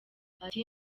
ati